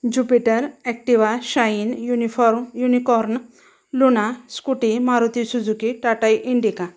Jupiter Activa Shine uniform Unicorn Luna Scooty Maruti Suzuki Tata indica